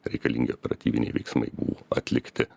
reikalingi operatyviniai veiksmai buvo atlikti